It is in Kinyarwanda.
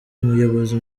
umuyobozi